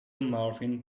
marvin